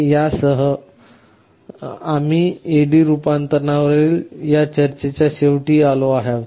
यासह आम्ही AD रूपांतरणावरील या चर्चेच्या शेवटी आलो आहोत